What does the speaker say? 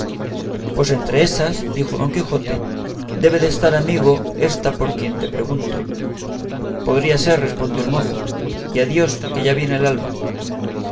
pues entre ésas dijo don quijote debe de estar amigo ésta por quien te pregunto podría ser respondió el mozo y adiós que ya viene el alba